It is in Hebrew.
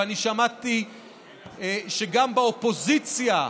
אני שמעתי שגם באופוזיציה,